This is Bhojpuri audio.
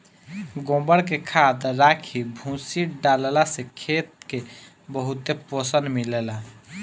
गोबर के खाद, राखी, भूसी डालला से खेत के बहुते पोषण मिलेला